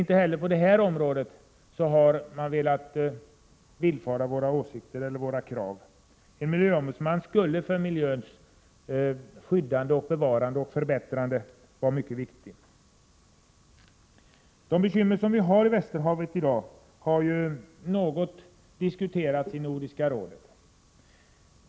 Inte heller dessa våra krav har man alltså velat villfara. Men, som sagt, det skulle vara av stor vikt att ha en miljöombudsman när det gäller att skydda, bevara och förbättra miljön. De bekymmer som vi i dag har beträffande Västerhavet har något diskuterats i Nordiska rådet.